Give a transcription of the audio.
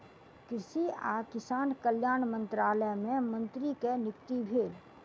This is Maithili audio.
कृषि आ किसान कल्याण मंत्रालय मे मंत्री के नियुक्ति भेल